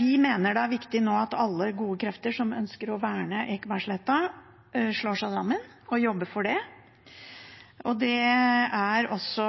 Vi mener det er viktig nå at alle gode krefter som ønsker å verne Ekebergsletta, slår seg sammen og jobber for det. Det er også